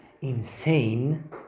insane